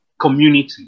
community